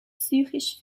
psychisch